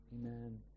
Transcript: Amen